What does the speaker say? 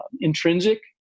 intrinsic